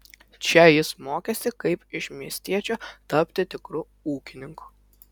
čia jis mokėsi kaip iš miestiečio tapti tikru ūkininku